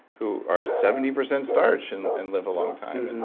who are seventy percent starch and and live a long time.